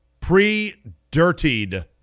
Pre-dirtied